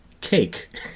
cake